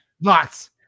Lots